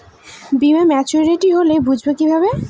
বীমা মাচুরিটি হলে বুঝবো কিভাবে?